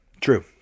True